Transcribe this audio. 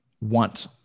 want